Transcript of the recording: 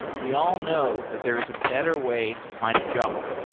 we all know that there is a better way to find a job.